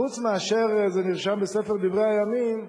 חוץ מאשר שזה נרשם בספר דברי הימים,